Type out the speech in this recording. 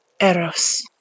Eros